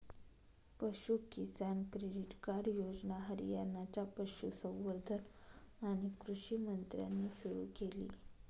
पशु किसान credit card योजना हरियाणाच्या पशुसंवर्धन आणि कृषी मंत्र्यांनी सुरू केली